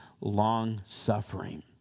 long-suffering